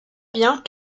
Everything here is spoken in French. biens